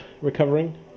recovering